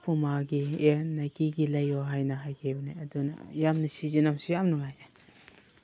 ꯄꯨꯃꯥꯒꯤ ꯑꯦꯔ ꯅꯥꯏꯀꯤꯒꯤ ꯂꯩꯌꯣ ꯍꯥꯏꯅ ꯍꯥꯏꯈꯤꯕꯅꯦ ꯑꯗꯨꯅ ꯌꯥꯝꯅ ꯁꯤꯖꯤꯟꯅꯕꯁꯨ ꯌꯥꯝ ꯅꯨꯡꯉꯥꯏ